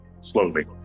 slowly